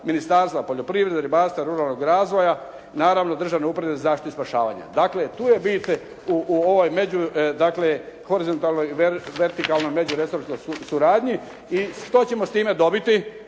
Ministarstva poljoprivrede, ribarstva i ruralnog razvoja, naravno Državne uprave za zaštitu i spašavanje. Dakle, tu je bit u ovoj među dakle horizontalnoj i vertikalnoj međuresorskoj suradnji i što ćemo s time dobiti?